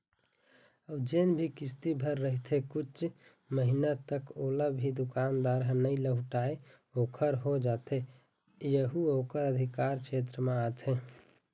अउ जेन भी किस्ती भर रहिथे कुछ महिना तक ओला भी दुकानदार ह नइ लहुटाय ओखर हो जाथे यहू ओखर अधिकार छेत्र म आथे